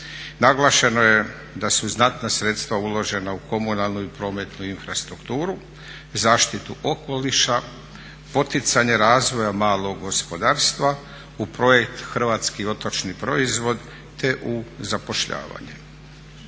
Naglašeno je da su znatna sredstva uložena u komunalnu i prometnu infrastrukturu, zaštitu okoliša, poticanje razvoja malog gospodarstva, u projekt Hrvatski otočni proizvod te u zapošljavanje.